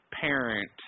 parent